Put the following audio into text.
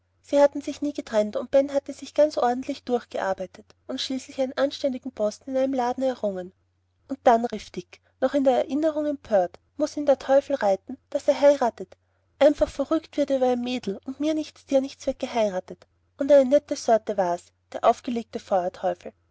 sie hatten sich nie getrennt und ben hatte sich ganz ordentlich durchgearbeitet und schließlich einen anständigen posten in einem laden errungen und dann rief dick noch in der erinnerung empört muß ihn der teufel reiten daß er heiratet einfach verrückt wird er über ein mädel und mir nichts dir nichts wird geheiratet und eine nette sorte war's der aufgelegte feuerteufel